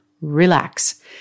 Relax